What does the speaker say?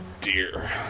dear